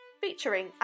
featuring